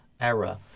era